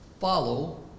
follow